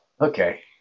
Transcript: Okay